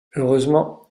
heureusement